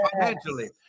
financially